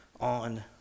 on